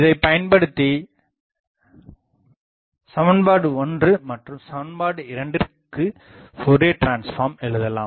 இதைப் பயன்படுத்திச்சமன்பாடு 1 மற்றும் சமன்பாடு 2ற்கு ஃப்போரியர் டிரான்ஸ்ஃபார்ம் எழுதலாம்